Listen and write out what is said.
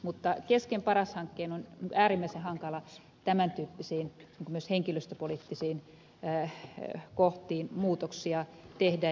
mutta kesken paras hankkeen on äärimmäisen hankala tämän tyyppisiin henkilöstöpoliittisiin kohtiin muutoksia tehdä